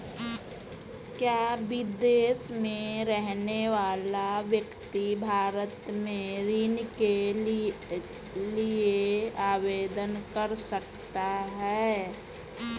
क्या विदेश में रहने वाला व्यक्ति भारत में ऋण के लिए आवेदन कर सकता है?